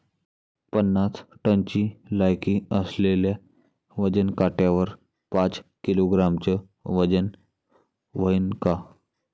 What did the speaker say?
पन्नास टनची लायकी असलेल्या वजन काट्यावर पाच किलोग्रॅमचं वजन व्हईन का?